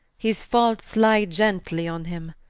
his faults lye gently on him